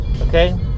okay